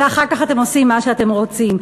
ואחר כך אתם עושים מה שאתם רוצים.